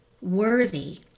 worthy